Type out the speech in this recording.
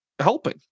helping